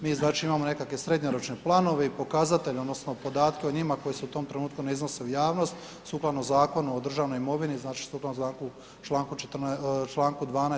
Mi znači imamo nekakve srednjoročne planove i pokazatelje odnosno podatke o njima koji se u tom trenutku ne iznose u javnost sukladno Zakonu o državnoj imovini, znači sukladno članku 12.